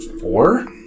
Four